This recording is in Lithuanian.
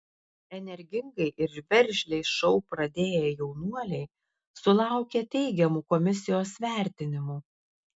energingai ir veržliai šou pradėję jaunuoliai sulaukė teigiamų komisijos vertinimų